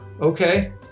okay